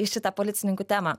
į šitą policininkų temą